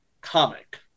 Comic